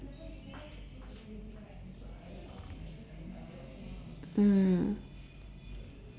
mm